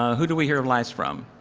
who do we hear like from?